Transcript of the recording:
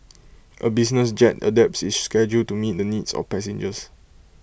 A business jet adapts its schedule to meet the needs of passengers